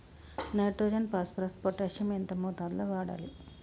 Nitrogen phosphorus potassium ఎంత మోతాదు లో వాడాలి?